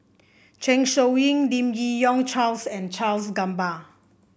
Zeng Shouyin Lim Yi Yong Charles and Charles Gamba